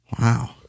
Wow